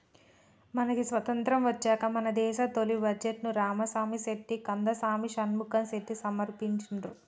మనకి స్వతంత్రం వచ్చాక మన దేశ తొలి బడ్జెట్ను రామసామి చెట్టి కందసామి షణ్ముఖం చెట్టి సమర్పించిండ్రు